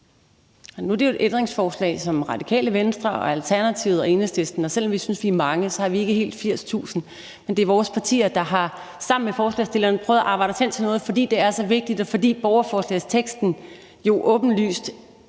Nu er det jo et ændringsforslag, som Radikale Venstre, Alternativet og Enhedslisten står bag. Selv om vi synes, vi er mange, så har vi ikke helt 80.000 underskrifter, men sammen med forslagsstillerne har vi prøvet at arbejde os hen til noget, fordi det er så vigtigt, og fordi det på baggrund af borgerforslagsteksten jo åbenlyst